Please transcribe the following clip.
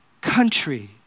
country